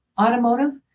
Automotive